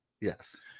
Yes